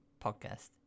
podcast